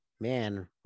man